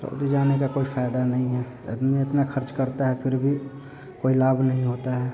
Saudi जाने का कोई फ़ायदा नहीं है आदमी इतना खर्च करता है फिर भी कोई लाभ नहीं होता है